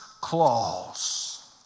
claws